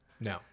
No